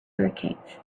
hurricanes